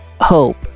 hope